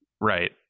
Right